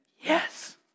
Yes